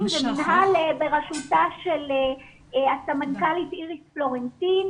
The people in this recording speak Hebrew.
מינהל בראשותה של הסמנכ"לית איריס פלורנטין.